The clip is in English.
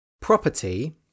Property